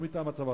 לא מטעם הצבא,